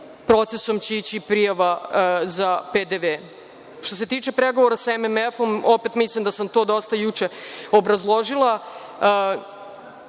procesom će ići prijava za PDV.Što se tiče pregovora sa MMF, mislim da sam to dosta juče obrazložila.